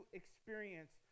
experience